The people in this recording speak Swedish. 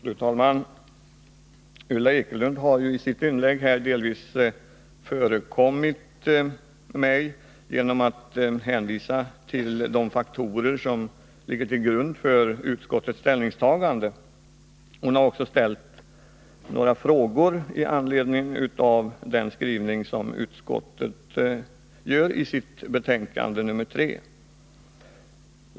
Fru talman! Ulla Ekelund har i sitt inlägg delvis förekommit mig genom att hänvisa till de faktorer som ligger till grund för utskottets ställningstagande. Hon har också ställt några frågor med anledning av utskottets skrivning i betänkande nr 3.